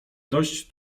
dość